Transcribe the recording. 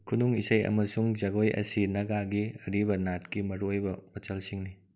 ꯈꯨꯅꯨꯡ ꯏꯁꯩ ꯑꯃꯁꯨꯡ ꯖꯒꯣꯏ ꯑꯁꯤ ꯅꯒꯥꯒꯤ ꯑꯔꯤꯕ ꯅꯥꯠꯀꯤ ꯃꯔꯨꯑꯣꯏꯕ ꯃꯆꯜꯁꯤꯡꯅꯤ